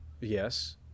yes